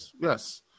Yes